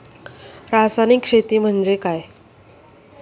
रासायनिक शेती म्हणजे काय?